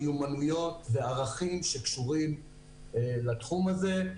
מיומנויות וערכים שקשורים לתחום הזה.